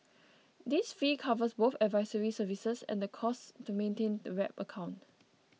this fee covers both advisory services and the costs to maintain the wrap account